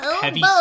heavy